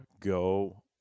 Go